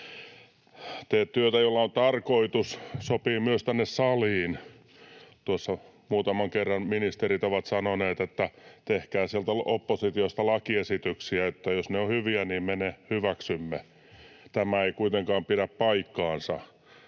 ”Tee työtä, jolla on tarkoitus” sopii myös tänne saliin. Tuossa muutaman kerran ministerit ovat sanoneet, että tehkää sieltä oppositiosta lakiesityksiä, että jos ne ovat hyviä, niin me ne hyväksymme. Tämä ei kuitenkaan pidä paikkaansa.